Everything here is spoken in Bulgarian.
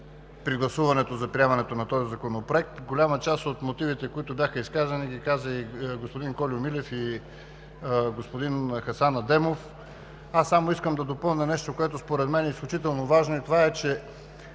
при гласуването и за приемането на този законопроект. Голяма част от мотивите, които бяха изказани, бяха казани от господин Кольо Милев и господин Хасан Адемов. Аз само искам да допълня нещо, което според мен е изключително важно. Това е, че